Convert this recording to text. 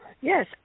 Yes